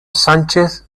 sánchez